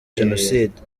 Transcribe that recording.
jenoside